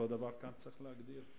אותו דבר כאן צריך להגדיר.